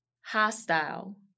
hostile